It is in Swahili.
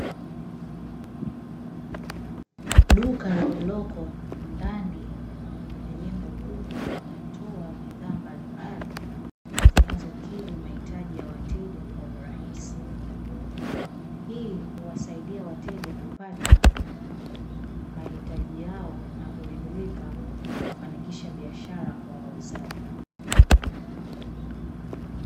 Duka lililoko ndani ya jengo kubwa linatoa bidhaa mbalimbali zinazokidhi mahitaji ya wateja kwa urahisi, hii huwasaida wateja kupata mahitaji yao na kuridhika na kufanikisha biashara kwa wauzaji.